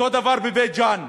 אותו דבר בבית-ג'ן.